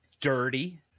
dirty